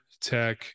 Tech